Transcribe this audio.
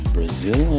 Brazil